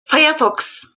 firefox